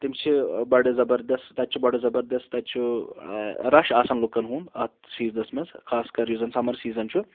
تِم چھِ بَڑٕ زبردست تَتہِ چھُ بڑٕ زبردست تَتہِ چھُ رَش آسان لُکَن ہُنٛد اَتھ سیٖزنَس منٛز خاص کر یُس زَن سَمَر سیٖزَن چھُ